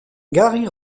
gary